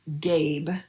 Gabe